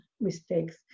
mistakes